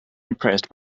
impressed